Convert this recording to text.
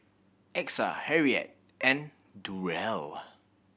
Exa Harriette and Durrell